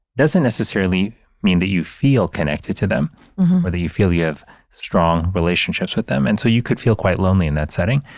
doesn't necessarily mean that you feel connected to them or that you feel you have strong relationships with them. and so you could feel quite lonely in that setting.